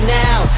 now